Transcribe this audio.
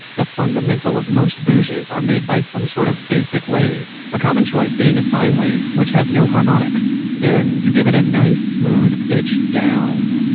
the fundamental of most boojs are made by some sort of basic wave. a common choice being a sine wave which has no harmonics. then, you give it a nice smooth pitch down